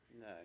No